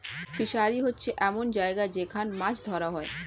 fishery হচ্ছে এমন জায়গা যেখান মাছ ধরা হয়